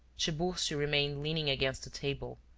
tiburcio remained leaning against the table,